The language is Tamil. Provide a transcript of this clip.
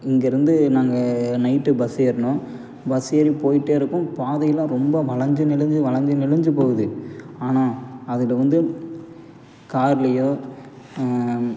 இங்கேருந்து நாங்கள் நைட்டு பஸ்ஸு ஏறினோம் பஸ்ஸு ஏறி போயிகிட்டே இருக்கோம் பாதையிலாம் ரொம்ப வளைஞ்சு நெளிஞ்சு வளைஞ்சு நெளிஞ்சு போகுது ஆனால் அதில் வந்து கார்லையோ